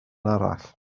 arall